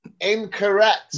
Incorrect